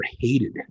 hated